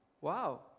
Wow